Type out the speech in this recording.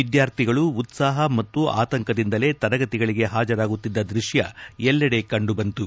ವಿದ್ಲಾರ್ಥಿಗಳು ಉತ್ಸಾಹ ಮತ್ತು ಆತಂಕದಿಂದಲೇ ತರಗತಿಗಳಿಗೆ ಹಾಜರಾಗುತ್ತಿದ್ದ ದೃಷ್ಠ ಎಲ್ಲೆಡೆ ಕಂಡುಬಂತು